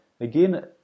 again